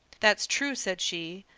that's true, said she.